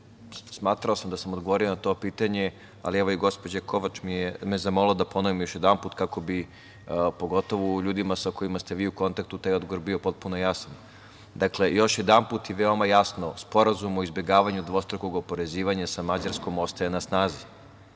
smatrao sam da sam odgovorio na to pitanje, ali evo i gospođa Kovač me je zamolila da ponovim još jednom kako bi pogotovo ljudima sa kojima ste vi u kontaktu, taj odgovor bio potpuno jasan. Dakle, još jednom i veoma jasno, Sporazum o izbegavanju dvostrukog oporezivanja sa Mađarskom ostaje na snazi.